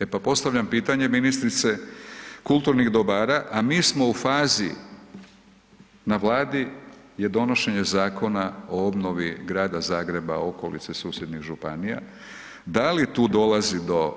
E pa postavljam pitanje ministrice kulturnih dobara, a mi smo u fazi, na Vladi je donošenje zakona o obnovi Grada Zagreba, okolice, susjednih županija, da li tu dolazi do